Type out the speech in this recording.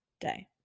day